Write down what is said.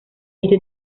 este